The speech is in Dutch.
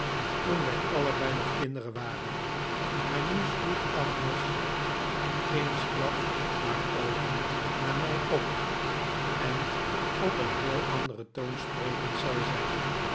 toen wij allebei nog kinderen waren maar nu sloeg agnes eensklaps haar oogen naar mij op eh op een heel anderen toon sprekend zei